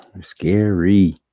Scary